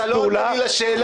אתה לא עונה לי לשאלה,